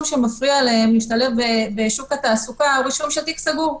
שמפריע להם להשתלב בשוק התעסוקה הוא רישום של תיק סגור.